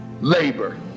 Labor